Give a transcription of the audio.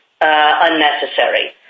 unnecessary